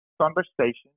conversations